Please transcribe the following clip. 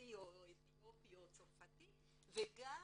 רוסי או אתיופי או צרפתי וגם